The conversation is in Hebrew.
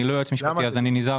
אני לא יועץ משפטי, אז אני נזהר.